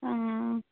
हाँ